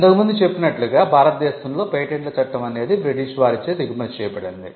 ఇంతకు ముందు చెప్పినట్లుగా భారతదేశంలో పేటెంట్ల చట్టం అనేది బ్రిటిష్ వారిచే దిగుమతి చేయబడింది